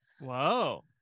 whoa